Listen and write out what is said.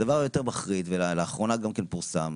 והדבר היותר מחריד, ולאחרונה גם פורסם,